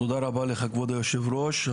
תודה רבה לך כבוד היושב ראש,